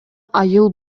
айыл